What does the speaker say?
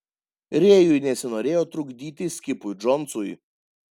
rėjui nesinorėjo trukdyti skipui džonsui